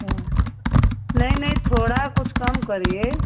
अच्छा नहीं नहीं थोड़ा कुछ कम करिए